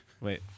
Wait